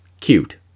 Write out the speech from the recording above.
Cute